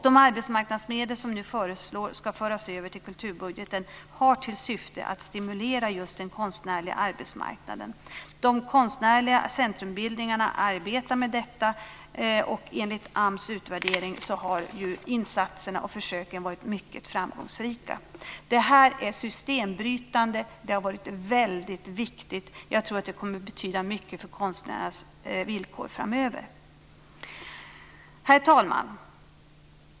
De arbetsmarknadsmedel som nu föreslås ska föras över till kulturbudgeten har till syfte att stimulera just den konstnärliga arbetsmarknaden. De konstnärliga centrumbildningarna arbetar med detta. Enligt AMS utvärdering har insatserna och försöken varit mycket framgångsrika. Det här är systembrytande. Det har varit väldigt viktigt. Jag tror att det kommer att betyda mycket för konstnärernas villkor framöver. Herr talman!